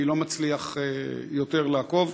אני לא מצליח יותר לעקוב.